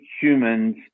humans